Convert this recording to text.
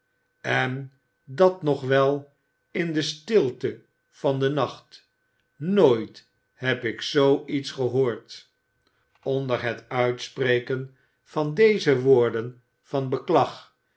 en dat nog wel in de stilte van den nacht nooit heb ik zoo iets gehoord onder het uitspreken van deze woorden van beklag